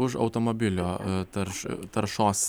už automobilio tarš taršos